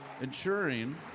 ensuring